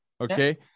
okay